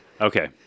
Okay